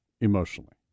Emotionally